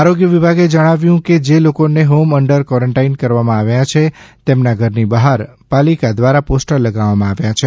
આરોગ્ય વિભાગે જણાવ્યું કે જે લોકોને હોમ અન્ડર ક્વોરન્ટાઇન કરવામાં આવ્યા છે તેમના ઘરની બહાર પાલિકા દ્વારા પોસ્ટર લગાવવામાં આવ્યા છે